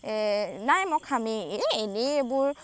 নাই মই খামেই এই এনে এইবোৰ